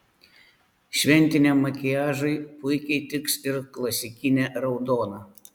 šventiniam makiažui puikiai tiks ir klasikinė raudona